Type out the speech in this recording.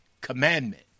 commandment